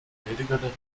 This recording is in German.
gemäldegalerie